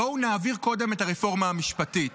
בואו נעביר קודם את הרפורמה המשפטית.